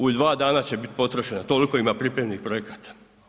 U 2 dana će biti potrošena, toliko ima pripremnih projekata.